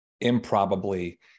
improbably